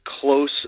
close